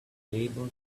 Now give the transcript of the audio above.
unable